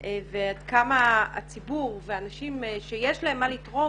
ועד כמה הציבור והאנשים שיש להם מה לתרום,